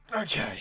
Okay